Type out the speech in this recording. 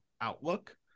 outlook